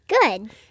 Good